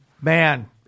man